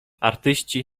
artyści